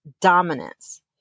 dominance